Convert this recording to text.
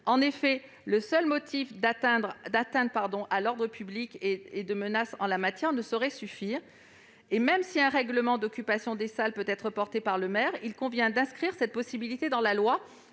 En effet, le seul motif d'atteinte à l'ordre public et de menaces en la matière ne saurait suffire. Même si un règlement d'occupation des salles peut être porté par le maire, il convient d'inscrire cette possibilité dans la loi,